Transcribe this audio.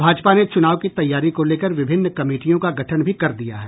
भाजपा ने चुनाव की तैयारी को लेकर विभिन्न कमीटियों का गठन भी कर दिया है